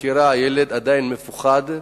בחקירה הילד עדיין מפוחד,